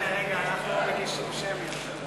הנה, רגע, אנחנו מגישים, שמית.